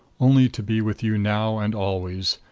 only to be with you now and always.